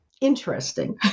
interesting